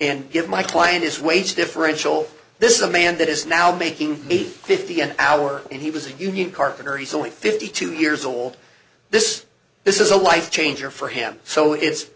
and give my client is wage differential this is a man that is now making fifty an hour and he was a union carpenter he's only fifty two years old this this is a life changer for him so it's